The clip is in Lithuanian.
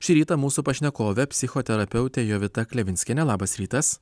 šį rytą mūsų pašnekovė psichoterapeutė jovita klevinskiene labas rytas